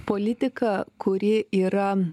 politika kuri yra